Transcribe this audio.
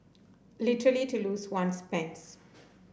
literally to lose one's pants